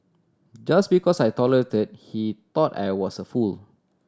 just because I tolerated he thought I was a fool